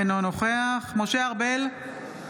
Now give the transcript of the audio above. אינו נוכח משה ארבל,